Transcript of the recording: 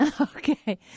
Okay